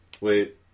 wait